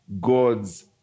God's